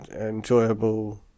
enjoyable